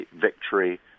victory